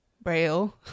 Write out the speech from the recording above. braille